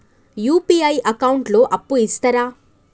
UPI account లో అప్పు ఇస్తరా?